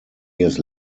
years